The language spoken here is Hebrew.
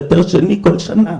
והיתר שני כל שנה,